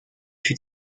fut